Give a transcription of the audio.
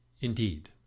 Indeed